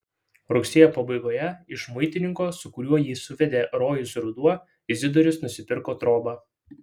rugsėjo pabaigoje iš muitininko su kuriuo jį suvedė rojus ruduo izidorius nusipirko trobą